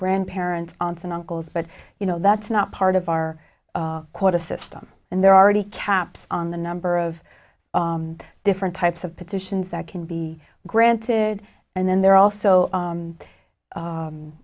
grandparents aunts and uncles but you know that's not part of our quota system and they're already caps on the number of different types of positions that can be granted and then they're also